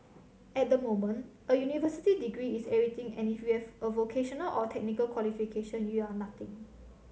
at the moment a university degree is everything and if you have a vocational or technical qualification you are nothing